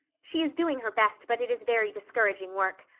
she is doing her best, but it is very discouraging work.